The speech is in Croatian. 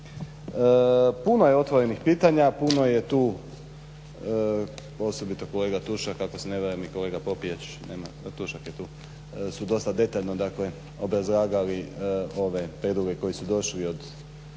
Puno je otvorenih pitanja, puno je tu osobito kolega Tušak ako se ne varam i kolega Popijač su dosta detaljno obrazlagali ove prijedloge koji su došli od